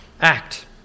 act